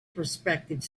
prospective